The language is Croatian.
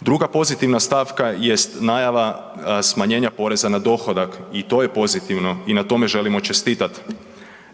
Druga pozitivna stavka jest najava smanjenja poreza na dohodak i to je pozitivno i na tome želimo čestitat,